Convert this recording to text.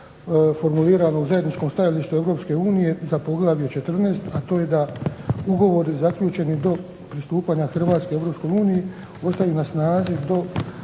u zajedničkom stajalištu Europske unije za poglavlje 14., a to je da ugovori zaključeni do pristupanja Hrvatske Europskoj uniji ostaju na snazi do